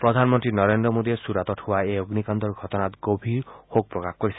প্ৰধানমন্ত্ৰী নৰেন্দ্ৰ মোদীয়ে ছুৰাট হোৱা এই অগ্নিকাণ্ডৰ ঘটনাত গভীৰ শোক প্ৰকাশ কৰিছে